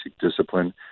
discipline